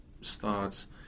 starts